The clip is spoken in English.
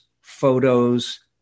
photos